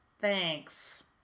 thanks